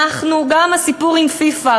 גם הסיפור עם פיפ"א,